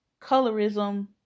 colorism